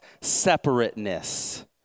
separateness